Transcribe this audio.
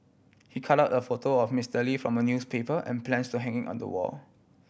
he cut out a photo of Mister Lee from a newspaper and plans to hang it on the wall